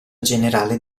generale